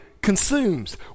consumes